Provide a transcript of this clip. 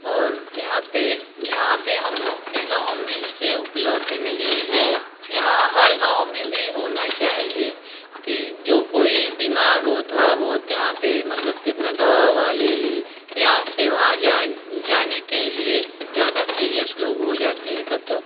और यहाँ पर यहाँ पर हम लोग कि गाँव में इससे उपलब्ध नहीं है यहाँ हर गाँव में भी होना चाहिए कि जो कोई बीमार हो थोड़ा बहुत यहाँ पर मतलब कि अपना दवा ववा ले ले यहाँ से वहाँ जान जाने के लिये ज़्यादा सिरियस लोग हो जाते हैं तब तो